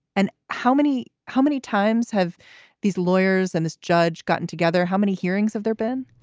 and how many how many times have these lawyers and this judge gotten together? how many hearings have there been?